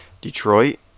Detroit